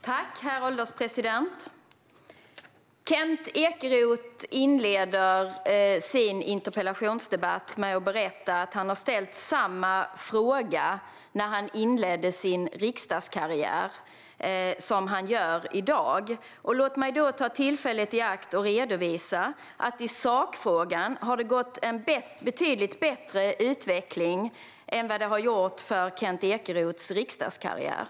Herr ålderspresident! Kent Ekeroth inleder debatten om sin interpellation med att berätta att han ställde samma fråga när han inledde sin riksdagskarriär som han ställer i dag. Låt mig ta tillfället i akt att redovisa att i sakfrågan har utvecklingen gått betydligt bättre än den har gjort för Kent Ekeroths riksdagskarriär.